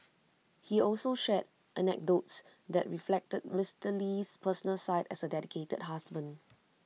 he also shared anecdotes that reflected Mister Lee's personal side as A dedicated husband